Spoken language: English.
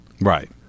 Right